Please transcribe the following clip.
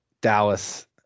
Dallas